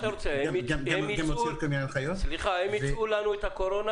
הם ייצאו לנו את הקורונה